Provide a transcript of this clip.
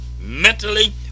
mentally